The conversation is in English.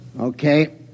Okay